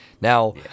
Now